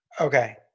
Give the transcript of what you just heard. Okay